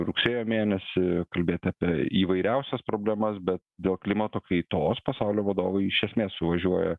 rugsėjo mėnesį kalbėti apie įvairiausias problemas bet dėl klimato kaitos pasaulio vadovai iš esmės suvažiuoja